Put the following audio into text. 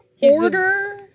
Order